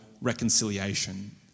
reconciliation